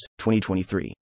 2023